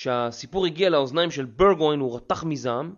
כשהסיפור הגיע לאוזניים של ברגוין הוא רתח מזעם